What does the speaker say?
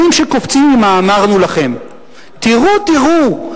שקופצים עם ה"אמרנו לכם"; תראו תראו,